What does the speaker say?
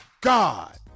God